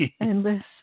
Endless